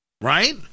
Right